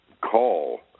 call